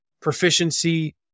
proficiency